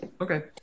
Okay